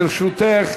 לרשותך